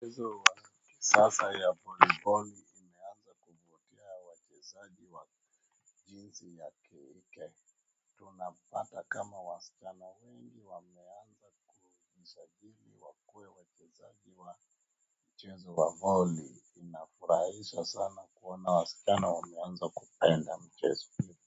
Mchezo wa kisasa wa voli kisasa wa voli boli umeanza kuvukia wachezaji wa jinsi ya kike, tunapata kama wasichana wengi wameanza kujisajili wakuwe wachezaji wa voli. Inafurahisha sana kuona wasichana wameanza kupenda mchezo huo.